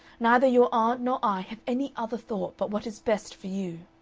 neither your aunt nor i have any other thought but what is best for you.